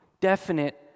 definite